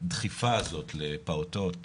הדחיפה הזאת לפעוטות,